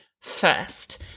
first